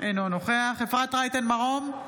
אינו נוכח אפרת רייטן מרום,